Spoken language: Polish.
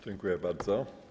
Dziękuję bardzo.